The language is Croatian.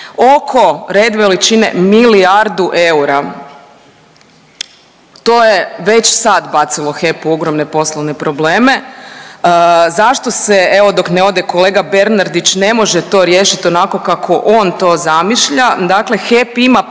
oko red veličine milijardu eura. To je već sad bacilo HEP u ogromne poslovne probleme. Zašto se evo dok ne ode kolega Bernardić, ne može to riješiti onako kako on to zamišlja? Dakle, HEP ima problema